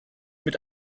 mit